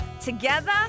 together